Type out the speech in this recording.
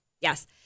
Yes